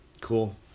Cool